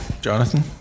Jonathan